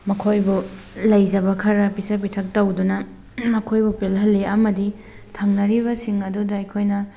ꯃꯈꯣꯏꯕꯨ ꯂꯩꯖꯕ ꯈꯔ ꯄꯤꯖ ꯄꯤꯊꯛ ꯇꯧꯗꯨꯅ ꯃꯈꯣꯏꯕꯨ ꯄꯦꯜꯍꯜꯂꯤ ꯑꯃꯗꯤ ꯊꯪꯅꯔꯤꯕꯁꯤꯡ ꯑꯗꯨꯗ ꯑꯩꯈꯣꯏꯅ